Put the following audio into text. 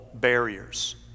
barriers